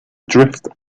drift